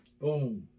Boom